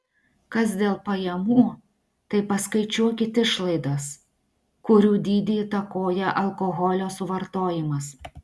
kas dėl pajamų tai paskaičiuokit išlaidas kurių dydį įtakoja alkoholio suvartojimas